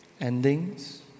endings